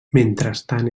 mentrestant